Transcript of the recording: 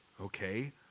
okay